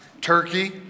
Turkey